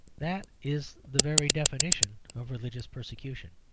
that is the very definition of religious persecution